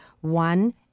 one